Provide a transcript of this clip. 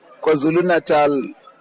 KwaZulu-Natal